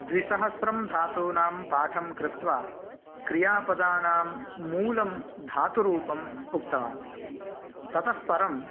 द्विसहस्रं धातूनां पाठं कृत्वा क्रियापदानां मूलं धातुरूपम् उक्तवान् ततः परं